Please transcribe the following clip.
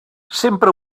sempre